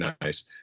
nice